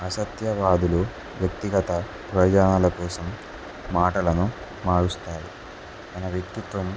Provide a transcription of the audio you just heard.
అసత్యవాదులు వ్యక్తిగత ప్రయోజనాల కోసం మాటలను మారుస్తారు తన వ్యక్తిత్వం